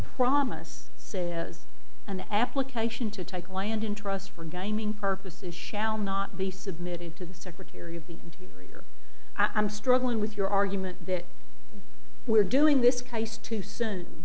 promise says an application to take land in trust for gaming purposes shall not be submitted to the secretary of the interior i'm struggling with your argument that we're doing this case too soon